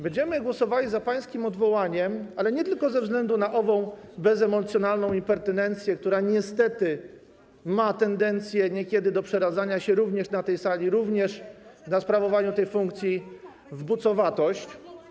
Będziemy głosowali za pańskim odwołaniem, ale nie tylko ze względu na ową bezemocjonalną impertynencję, która niestety ma niekiedy tendencję do przeradzania się również na tej sali, również w sprawowaniu tej funkcji w bucowatość.